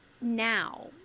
now